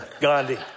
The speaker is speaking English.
gandhi